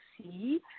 see